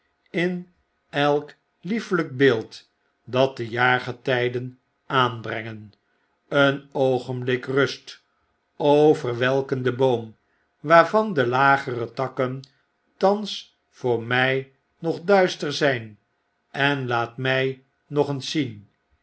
in elk liefelijk beeld dat de jaargetyden aanbrengen een oogenblik rust verwelkende boom waarvan de lagere takken thans voor mfl nog duister zijn en laat my nog eens zien